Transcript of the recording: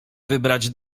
wybrać